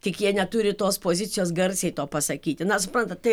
tik jie neturi tos pozicijos garsiai to pasakyti na suprantat tai